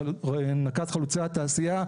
נקז חלוצי התעשייה,